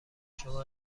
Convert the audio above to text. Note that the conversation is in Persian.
شما